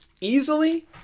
easily